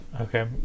Okay